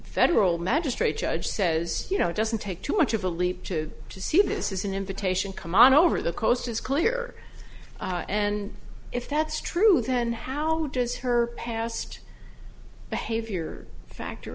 federal magistrate judge says you know it doesn't take too much of a leap to to see this is an invitation come on over the coast is clear and if that's true then how does her past behavior factor